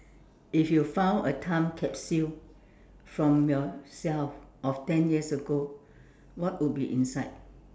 if you found a time capsule from yourself of ten years ago what would be inside